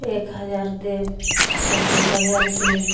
एक हजार देब चाहे दुइ हजार देब